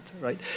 right